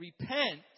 Repent